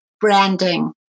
branding